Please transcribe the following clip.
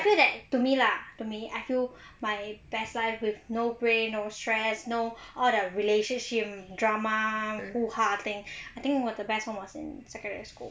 I feel that to me lah to me I feel my best life with no brain no stress no all the relationship drama hoo-ha thing I think what the best time was in secondary school